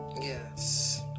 Yes